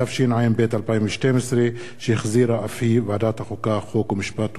התשע"ב 2012, שהחזירה ועדת החוקה, חוק ומשפט.